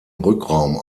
rückraum